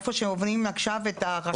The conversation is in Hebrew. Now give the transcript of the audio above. איפה שעוברים עכשיו את ההארכה הזאת.